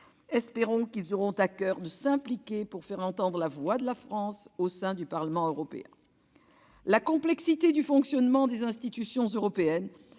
Espérons qu'ils auront à coeur de s'impliquer pour faire entendre la voix de la France. La complexité du fonctionnement des institutions européennes,